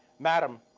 madame,